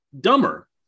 dumber